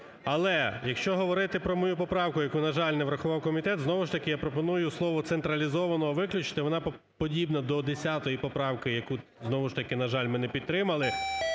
Але, якщо говорити про мою поправку, яку, на жаль, не врахував комітет, знову ж таки, я пропоную слово "централізовано" виключити, вона подібна до 10 поправки, яку знову ж таки, на жаль, ми не підтримали.